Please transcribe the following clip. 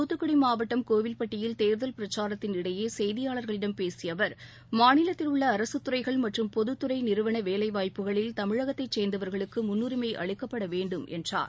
துத்துக்குடி மாவட்டம் கோவில்பட்டியில் தேர்தல் பிரச்சாரத்தின் இடையே செய்தியாளர்களிடம் பேசிய அவர் மாநிலத்தில் உள்ள அரசுத் துறைகள் மற்றும் பொதுத்துறை நிறுவன வேலை வாய்ப்புகளில் தமிழகத்தைச் சேர்ந்தவர்களுக்கு முன்னுரிமை அளிக்கப்பட வேண்டும் என்றார்